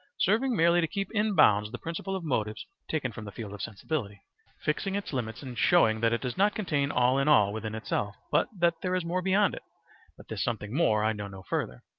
serving merely to keep in bounds the principle of motives taken from the field of sensibility fixing its limits and showing that it does not contain all in all within itself, but that there is more beyond it but this something more i know no further.